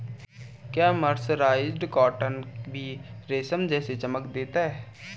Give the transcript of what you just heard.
क्या mercerised cotton भी रेशम जैसी चमक देता है?